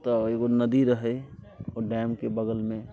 ओतऽ एगो नदी रहै ओ डैमके बगलमे